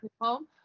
home